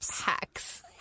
hacks